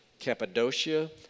Cappadocia